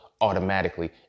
automatically